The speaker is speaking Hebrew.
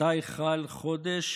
מתי חל החודש